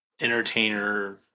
entertainer